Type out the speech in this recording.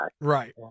Right